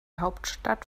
hauptstadt